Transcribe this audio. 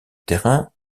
terrain